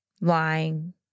lying